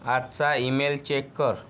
आजचा email check कर